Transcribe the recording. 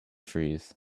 trees